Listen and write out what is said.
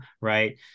Right